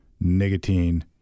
nicotine